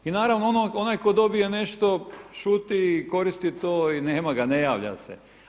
I naravno, onaj tko dobije nešto šuti i koristi to i nema ga, ne javlja se.